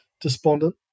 despondent